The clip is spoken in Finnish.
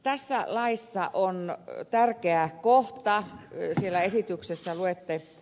tässä laissa on tärkeä kohta